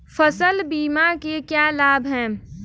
फसल बीमा के क्या लाभ हैं?